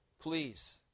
please